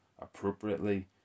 appropriately